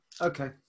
Okay